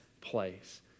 place